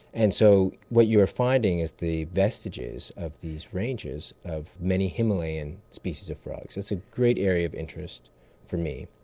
and so what you are finding is the vestiges of these ranges of many himalayan species of frogs. it's a great area of interest for me.